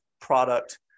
product